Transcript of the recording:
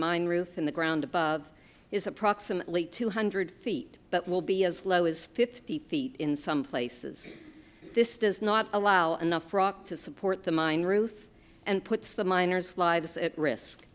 mine roof and the ground is approximately two hundred feet but will be as low as fifty feet in some places this does not allow enough rock to support the mine roof and puts the miners lives at